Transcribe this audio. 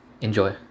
Enjoy